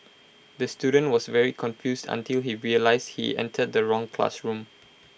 the student was very confused until he realised he entered the wrong classroom